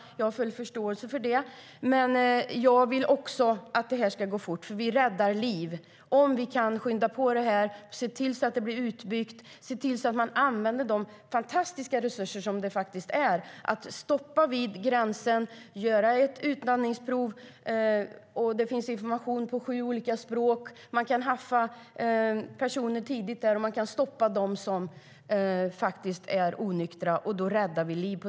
Jag har full förståelse för det, men jag vill att den här frågan ska hanteras fort. Vi räddar liv om vi kan skynda på saken och se till att alkobommarna blir utbyggda, om vi ser till att man använder den fantastiska resurs det är att kunna stoppa bilarna vid gränsen och göra ett utandningsprov. Det finns information på sju olika språk. Man kan haffa personer tidigt och stoppa dem som är onyktra. På det sättet räddar vi liv.